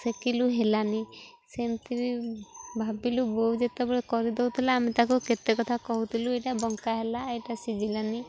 ସେକିଲୁ ହେଲାନି ସେମତି ଭାବିଲୁ ବୋଉ ଯେତେବେଳେ କରିଦଉଥିଲା ଆମେ ତାକୁ କେତେ କଥା କହୁଥିଲୁ ଏଇଟା ବଙ୍କା ହେଲା ଏଇଟା ସିଝିଲାନି